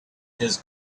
his